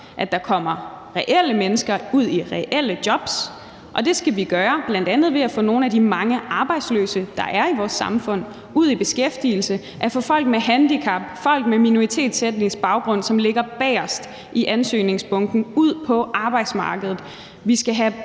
at der kommer reelle mennesker ud i reelle jobs, og det skal vi gøre, bl.a. ved at få nogle af de mange arbejdsløse, der er i vores samfund, ud i beskæftigelse, at få folk med handicap og folk med minoritetsetnisk baggrund, som ligger nederst i ansøgningsbunken, ud på arbejdsmarkedet.